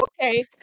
okay